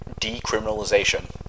decriminalization